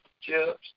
chips